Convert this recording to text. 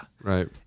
Right